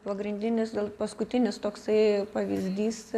pagrindinis gal paskutinis toksai pavyzdys